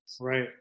Right